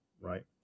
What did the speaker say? right